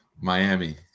Miami